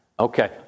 Okay